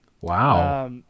Wow